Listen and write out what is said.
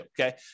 okay